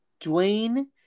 Dwayne